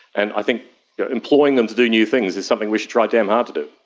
and i think employing them to do new things is something we should try damn hard to do.